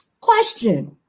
question